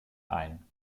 ein